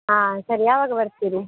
ಹಾಂ ಸರಿ ಯಾವಾಗ ಬರ್ತೀರಿ